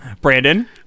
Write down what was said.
Brandon